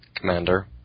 Commander